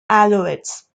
alouettes